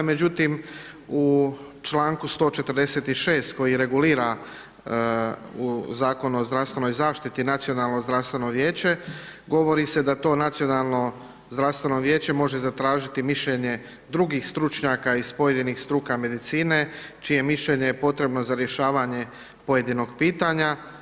Međutim, u čl. 146. koji regulira u Zakonu o zdravstvenoj zaštiti Nacionalno zdravstveno vijeće, govori se da to Nacionalno zdravstveno vijeće može zatražiti mišljenje drugih stručnjaka iz pojedinih struka medicine, čije mišljenje je potrebno za rješavanje pojedinog pitanja.